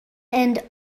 and